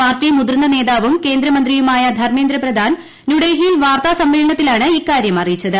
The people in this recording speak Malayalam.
പാർട്ടി മുതിർന്ന നേതാവും കേന്ദ്രമന്ത്രിയുമായ ധർമ്മേന്ദ്രപ്രധാൻ ന്യൂഡൽഹിയിൽ വാർത്താ സമ്മേളനത്തിലാണ് ഇക്കാര്യം അറിയിച്ചത്